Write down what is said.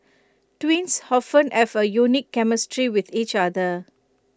twins often have A unique chemistry with each other